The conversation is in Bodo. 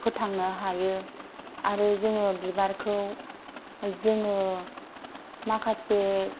फोथांनो हायो आरो जोङो बिबारखौ जोङो माखासे